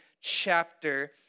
chapter